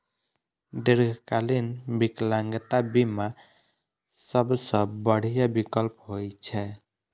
दीर्घकालीन विकलांगता बीमा सबसं बढ़िया विकल्प होइ छै